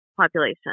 population